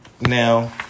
now